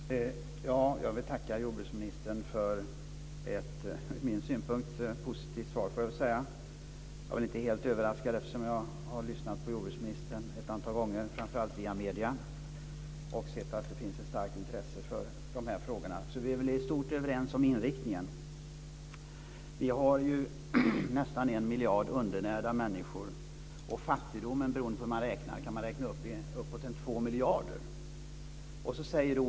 Fru talman! Jag vill tacka jordbruksministern för ett från min synpunkt positivt svar. Jag är väl inte helt överraskad eftersom jag har lyssnat på jordbruksministern ett antal gånger, framför allt via medierna, och förstått att det finns ett starkt intresse för dessa frågor. Så vi är väl i stort sett överens om inriktningen. Det finns nästan 1 miljard undernärda människor. Fattigdomen - beroende på hur man räknar - omfattar uppemot 2 miljarder människor.